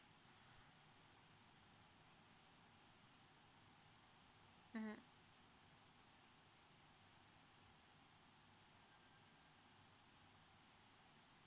mmhmm